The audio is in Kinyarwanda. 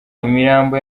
imirambo